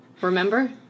Remember